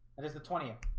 that is the twentieth